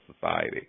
society